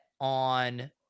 on